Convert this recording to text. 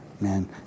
man